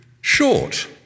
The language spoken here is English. short